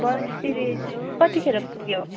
बसिरहेको छु कतिखेर पुग्यौ